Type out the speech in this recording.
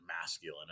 masculine